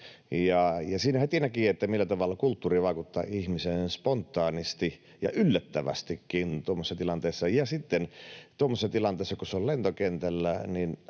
Siinä heti näki, millä tavalla kulttuuri vaikuttaa ihmiseen spontaanisti ja yllättävästikin tuommoisessa tilanteessa. Ja sitten tuommoisessa tilanteessa, kun se on lentokentällä,